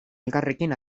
elkarrekin